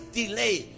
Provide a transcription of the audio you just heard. delay